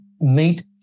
meet